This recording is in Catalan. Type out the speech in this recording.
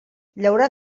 llaurar